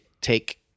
take